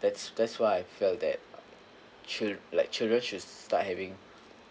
that's that's why I felt that chil~ like children should start having